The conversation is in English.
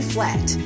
Flat